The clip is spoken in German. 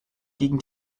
gegen